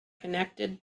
connected